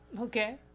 okay